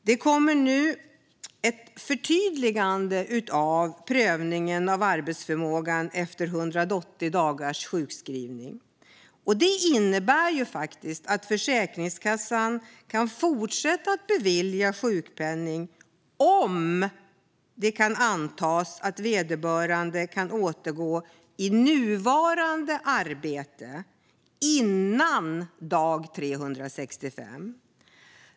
Det kommer nu ett förtydligande av prövningen av arbetsförmågan efter 180 dagars sjukskrivning. Detta innebär att Försäkringskassan kan fortsätta att bevilja sjukpenning om det kan antas att vederbörande kan återgå i nuvarande arbete innan dag 365.